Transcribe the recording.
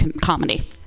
comedy